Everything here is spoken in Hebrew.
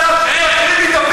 בבקשה, אדוני.